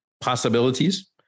possibilities